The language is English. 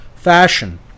fashion